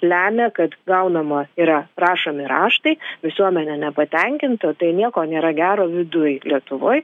lemia kad gaunama yra rašomi raštai visuomenė nepatenkinta tai nieko nėra gero viduj lietuvoj